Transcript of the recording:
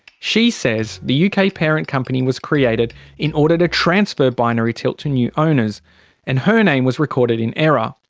she says the uk ah parent company was created in order to transfer binary tilt to new owners and her name was recorded in error.